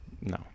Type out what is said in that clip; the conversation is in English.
No